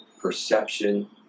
perception